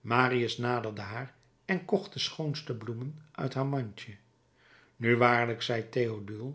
marius naderde haar en kocht de schoonste bloemen uit haar mandje nu waarlijk zei théodule